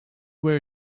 where